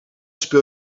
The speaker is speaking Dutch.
speel